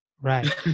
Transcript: Right